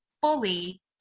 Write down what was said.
fully